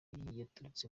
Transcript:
yaturutse